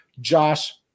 Josh